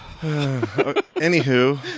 Anywho